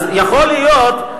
אז יכול להיות,